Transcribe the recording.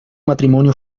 matrimonio